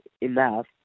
enough